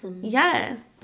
yes